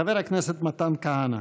חבר הכנסת מתן כהנא.